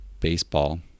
baseball